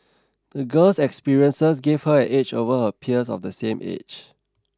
the girl's experiences gave her an edge over her peers of the same age